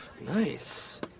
Nice